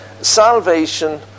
salvation